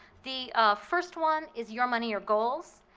the first one is your money, your goals.